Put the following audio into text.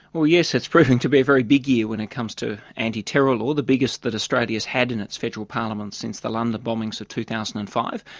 yes, it's proving to be a very big year when it comes to anti-terror law, the biggest that australia has had in its federal parliament since the london bombings of two thousand and five.